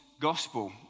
Gospel